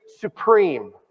supreme